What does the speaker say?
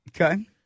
Okay